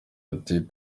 ati